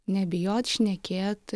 nebijot šnekėt